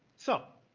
so